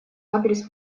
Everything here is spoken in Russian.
адрес